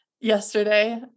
Yesterday